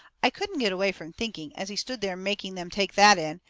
i couldn't get away from thinking, as he stood there making them take that in,